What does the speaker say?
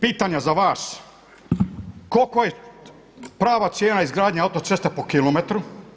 Pitanja za vas, koliko je prava cijena izgradnje autoceste po kilometru?